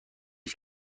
است